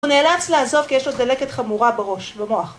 הוא נאלץ לעזוב כי יש לו דלקת חמורה בראש, במוח.